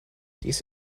dies